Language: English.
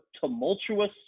tumultuous